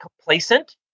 complacent